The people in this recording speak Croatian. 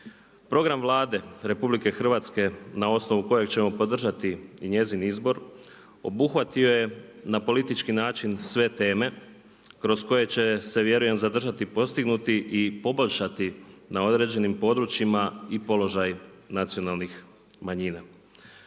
Program Vlade RH na osnovu kojeg ćemo podržati i njezin izbor obuhvatio je na politički način sve teme kroz koje će se vjerujem zadržati postignuti i poboljšati na određenim područjima i položaj nacionalnih manjina.